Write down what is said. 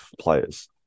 players